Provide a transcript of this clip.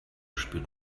spürt